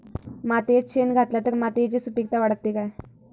मातयेत शेण घातला तर मातयेची सुपीकता वाढते काय?